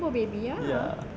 ya